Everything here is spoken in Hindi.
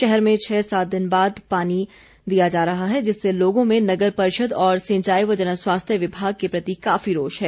शहर में छः सात दिन बाद पानी दिया जा रहा है जिससे लोगों में नगर परिषद और सिंचाई व जनस्वास्थ्य विभाग के प्रति काफी रोष है